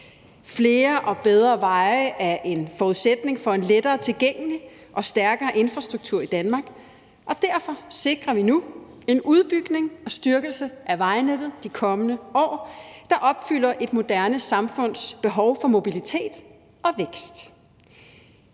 Flere og bedre veje er en forudsætning for en lettere tilgængelig og stærkere infrastruktur i Danmark, og derfor sikrer vi nu en udbygning og styrkelse af vejnettet de kommende år, der opfylder et moderne samfunds behov for mobilitet og vækst.